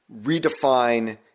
redefine